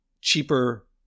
cheaper